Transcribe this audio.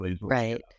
Right